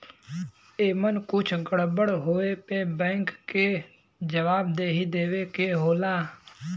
एमन कुछ गड़बड़ होए पे बैंक के जवाबदेही देवे के होला